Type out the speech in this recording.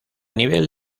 nivel